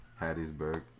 Hattiesburg